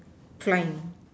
trying